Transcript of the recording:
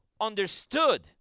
understood